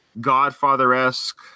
Godfather-esque